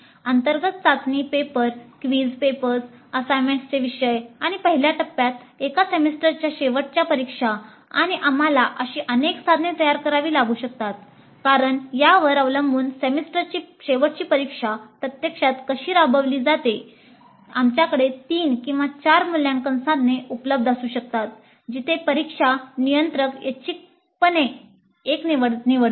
अंतर्गत चाचणी paper quiz papers असाइनमेंटचे विषय आणि पहिल्या टप्प्यात एका सेमिस्टरच्या शेवटच्या परीक्षा आणि आम्हाला अशी अनेक साधने तयार करावी लागू शकतात कारण यावर अवलंबून सेमेस्टरची शेवटची परीक्षा प्रत्यक्षात कशी राबविली जाते आमच्याकडे तीन किंवा चार मूल्यांकन साधने उपलब्ध असू शकतात जिथे परीक्षा नियंत्रक यादृच्छिकपणे एक निवडतील